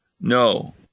No